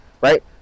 Right